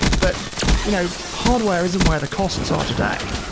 but you know hardware isn't where the costs are today.